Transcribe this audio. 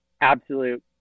absolute